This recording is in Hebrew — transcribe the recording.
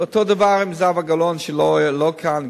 אותו דבר עם זהבה גלאון, שאיננה כאן.